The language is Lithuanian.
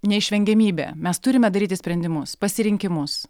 neišvengiamybė mes turime daryti sprendimus pasirinkimus